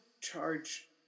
charge